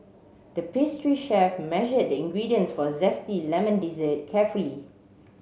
the pastry chef measured the ingredients for a zesty lemon dessert carefully